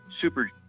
Super